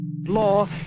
Law